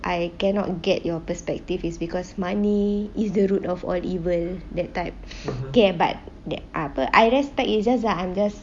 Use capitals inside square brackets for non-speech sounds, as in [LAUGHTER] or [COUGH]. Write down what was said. I cannot get your perspective is because money is the root of all evil that type [BREATH] okay but that apa I respect it's just that I'm just